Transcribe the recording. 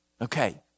Okay